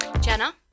Jenna